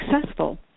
successful